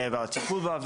והטיפול בה.